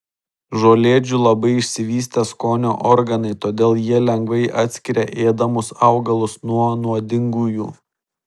žolėdžių labai išsivystę skonio organai todėl jie lengvai atskiria ėdamus augalus nuo nuodingųjų